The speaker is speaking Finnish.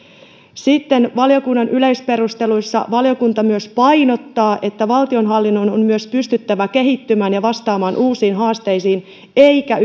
sitten valiokunnan yleisperusteluissa valiokunta myös painottaa että valtionhallinnon on myös pystyttävä kehittymään ja vastaamaan uusiin haasteisiin eikä